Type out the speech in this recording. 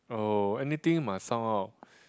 oh anything must sound out